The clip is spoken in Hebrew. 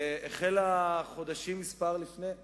החלה חודשים מספר לפני כן.